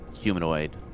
humanoid